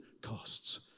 costs